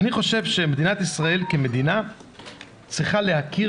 אני חושב שמדינת ישראל כמדינה צריכה להכיר